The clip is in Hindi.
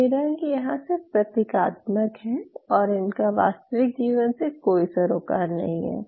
ये रंग यहाँ सिर्फ प्रतीकात्मक है और इनका वास्तविक जीवन से कोई सरोकार नहीं है